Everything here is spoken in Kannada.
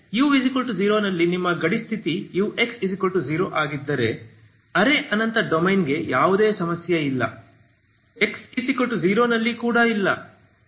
ಆದರೆ x0 ನಲ್ಲಿ ನಿಮ್ಮ ಗಡಿ ಸ್ಥಿತಿ ux0 ಆಗಿದ್ದರೆ ಅರೆ ಅನಂತ ಡೊಮೇನ್ಗೆ ಯಾವುದೇ ಸಮಸ್ಯೆ ಇಲ್ಲ x0 ನಲ್ಲಿ ಕೂಡ ಇಲ್ಲ